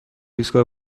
ایستگاه